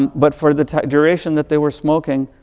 but for the duration that they were smoking,